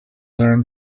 learn